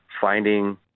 finding